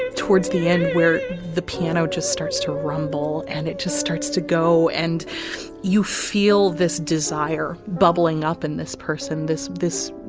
towards the end where the piano just starts to rumble and it just starts to go and you feel this desire bubbling up in this person, this, this.